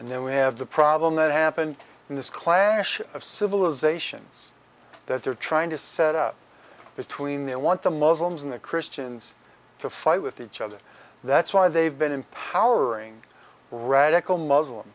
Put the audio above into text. and then we have the problem that happened in this clash of civilizations that they're trying to set up between they want the muslims and the christians to fight with each other that's why they've been empowering radical muslim